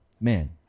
Man